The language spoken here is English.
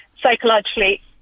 psychologically